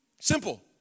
Simple